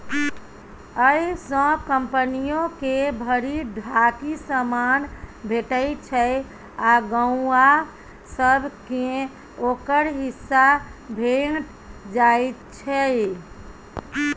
अय सँ कंपनियो के भरि ढाकी समान भेटइ छै आ गौंआ सब केँ ओकर हिस्सा भेंट जाइ छै